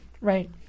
Right